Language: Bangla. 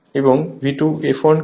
এবং V2 fl কি